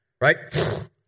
right